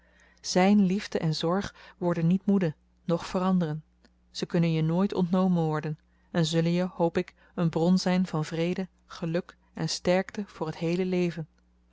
zijn liefde en zorg worden niet moede noch veranderen ze kunnen je nooit ontnomen worden en zullen je hoop ik een bron zijn van vrede geluk en sterkte voor het heele leven